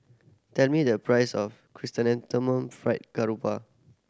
tell me the price of Chrysanthemum Fried Garoupa